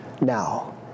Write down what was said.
now